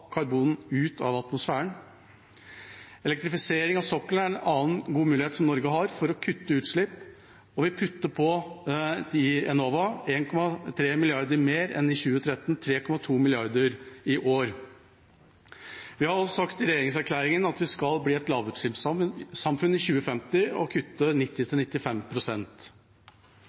ut av atmosfæren. Elektrifisering av sokkelen er en annen god mulighet Norge har for å kutte utslipp, og vi putter på 1,3 mrd. kr mer til Enova enn i 2013, 3,2 mrd. i år. Vi har sagt i regjeringserklæringen at vi skal bli et lavutslippssamfunn i 2050 og kutte